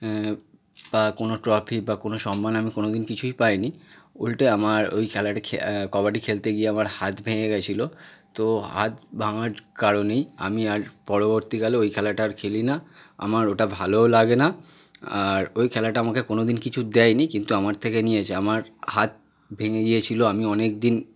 বা কোনো ট্রফি বা কোনো সম্মান কোনো দিন কিছুই পায় নি উলটে আমার ওই খেলাটি কবাডি খেলতে গিয়ে আমার হাত ভেঙে গেছিলো তো হাত ভাঙার কারণেই আমি আর পরবর্তীকালে ওই খেলাটা আর খেলি না আমার ওটা ভালোও লাগে না আর ওই খেলাটা আমাকে কোনো দিন কিছু দেয় নি কিন্তু আমার থেকে নিয়েছে আমার হাত ভেঙে গিয়েছিলো আমি অনেক দিন